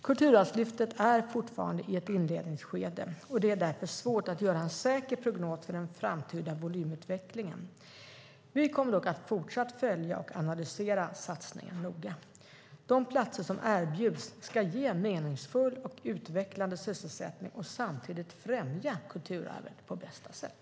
Kulturarvslyftet är fortfarande i ett inledningsskede, och det är därför svårt att göra en säker prognos för den framtida volymutvecklingen. Vi kommer dock att fortsätta att följa och analysera satsningen noga. De platser som erbjuds ska ge meningsfull och utvecklande sysselsättning och samtidigt främja kulturarvet på bästa sätt.